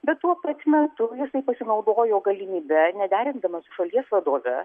bet tuo pačiu metu jisai pasinaudojo galimybe nederindamas su šalies vadove